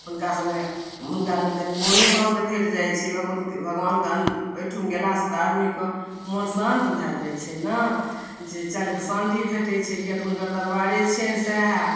हुनका सने हुनका लङ्ग कनि मनो शान्त भेट जाइत छै भगबान भगबानके एहिठुम गेलासँ तऽ आदमी कऽ मन शान्त भए जाइत छै ने जे चलै तऽ शान्ति भेटैत छै किए तऽ हुनकर दरबारे छिअनि सहए